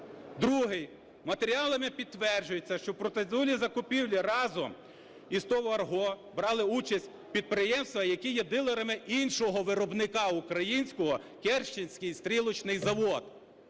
Другий: матеріалами підтверджується, що процедурні закупівлі разом із ТОВ "Арго" брали участь підприємства, які є дилерами іншого виробника українського - "Керченський стрілочний завод",